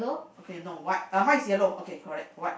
okay no white uh mine is yellow okay correct white